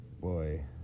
boy